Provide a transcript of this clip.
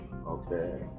Okay